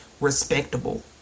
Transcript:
respectable